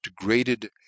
degraded